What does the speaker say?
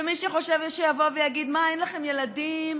ומי שחושב שיבוא ויגיד: מה, אין לכם ילדים?